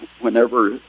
whenever